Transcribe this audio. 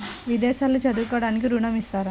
విదేశాల్లో చదువుకోవడానికి ఋణం ఇస్తారా?